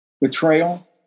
betrayal